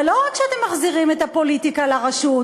אבל לא רק שאתם מחזירים את הפוליטיקה לרשות,